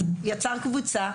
אז יצר קבוצה,